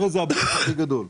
זה הבלוף הכי גדול.